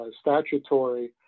statutory